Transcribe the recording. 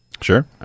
Sure